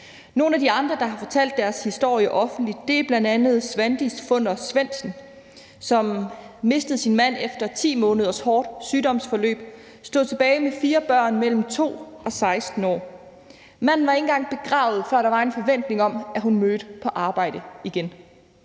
En af de andre, der har fortalt sin historie offentligt, er Svandís Funder Svendsen, som mistede sin mand efter 10 måneders hårdt sygdomsforløb og stod tilbage med 4 børn mellem 2 og 16 år. Manden var ikke engang begravet, før der var en forventning om, at hun mødte på arbejde igen.